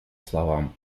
словам